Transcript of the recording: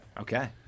okay